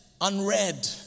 unread